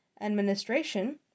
administration